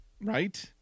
Right